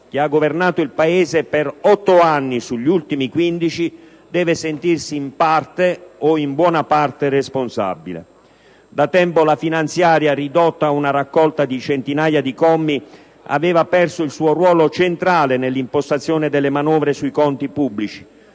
che ha governato il Paese per 8 anni sugli ultimi 15 deve sentirsi in parte o in buona parte responsabile. Da tempo la finanziaria, ridotta a una raccolta di centinaia di commi, aveva perso il suo ruolo centrale nell'impostazione delle manovre sui conti pubblici,